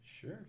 Sure